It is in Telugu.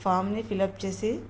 ఫామ్ని ఫిల్ అప్ చేసి